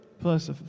plus